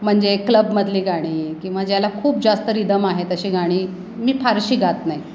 म्हणजे क्लबमधली गाणी किंवा ज्याला खूप जास्त रिदम आहेत अशी गाणी मी फारशी गात नाही